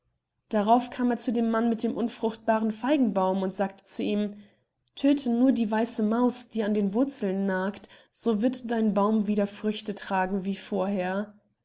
darauf kam er zu dem mann mit dem unfruchtbaren feigenbaum und sagte ihm tödte nur die weiße maus die an den wurzeln nagt so wird dein baum wieder früchte tragen wie vorher